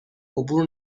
عبور